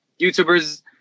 YouTubers